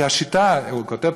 הוא כותב,